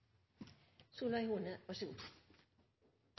Solveig Horne